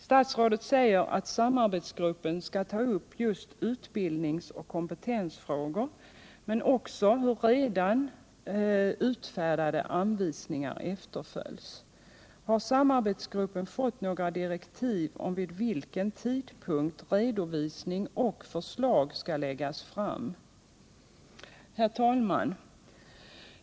Statsrådet säger att samarbetsgruppen skall ta upp just utbildningsoch kompetensfrågor men också hur redan utfärdade anvisningar efterföljs. Har samarbetsgruppen fått några direktiv om vid vilken tidpunkt redovisning och förslag skall läggas fram? Herr talman!